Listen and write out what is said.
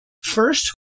First